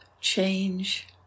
change